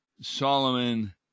Solomon